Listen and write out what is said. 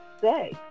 say